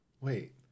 Wait